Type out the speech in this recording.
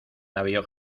navío